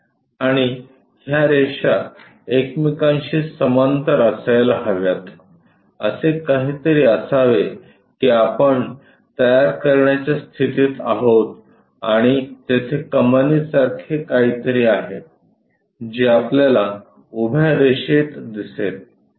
आणि ह्या रेषा एकमेकांशी समांतर असायला हव्यात असे काहीतरी असावे की आपण तयार करण्याच्या स्थितीत आहोत आणि तेथे कमानीसारखे काहीतरी आहे जे आपल्याला उभ्या रेषेत दिसेल